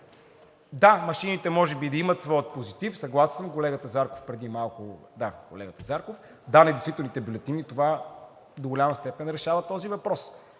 Да, машините може би да имат своя позитив. Съгласен съм с колегата Зарков преди малко, да, недействителните бюлетини – това до голяма степен решава този въпрос,